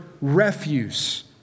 refuse